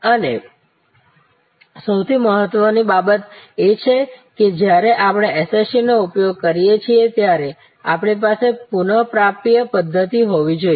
અને સૌથી મહત્વની બાબત એ છે કે જ્યારે આપણે SST નો ઉપયોગ કરીએ છીએ ત્યારે આપણી પાસે પુનઃપ્રપિયા પદ્ધત્તિ હોવી જોઈએ